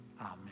Amen